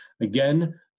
Again